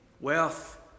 wealth